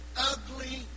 ugly